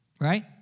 right